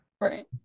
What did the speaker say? right